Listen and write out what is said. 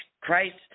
Christ